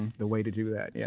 the way to do that. yeah